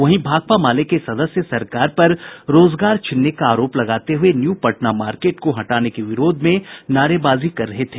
वहीं भाकपा माले के सदस्य सरकार पर रोजगार छीनने का आरोप लगाते हुए न्यू पटना मार्केट को हटाने के विरोध में नारेबाजी कर रहे थे